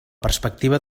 perspectiva